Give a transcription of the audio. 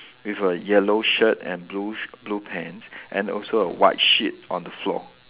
with a yellow shirt and blue sh~ blue pants and also a white sheet on the floor